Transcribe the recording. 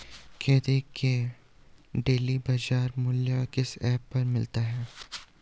खेती के डेली बाज़ार मूल्य किस ऐप पर मिलते हैं?